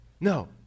No